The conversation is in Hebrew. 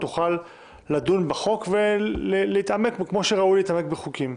תוכל לדון בחוק ולהתעמק בו כמו שראוי להתעמק בחוקים.